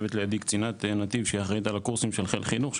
שיושבת לידי קצינת נתיב שהיא אחראית על הקורסים של חיל חינוך,